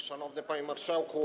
Szanowny Panie Marszałku!